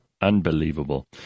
Unbelievable